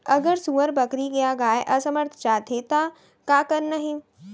अगर सुअर, बकरी या गाय असमर्थ जाथे ता का करना हे?